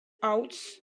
outs